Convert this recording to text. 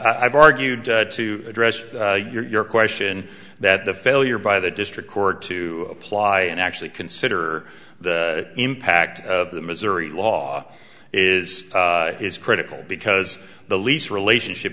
i've argued to address your question that the failure by the district court to apply and actually consider the impact of the missouri law is is critical because the lease relationship